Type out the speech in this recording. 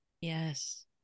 Yes